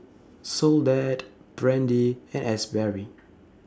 Soledad Brandie and Asberry